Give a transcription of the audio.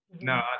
No